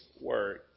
word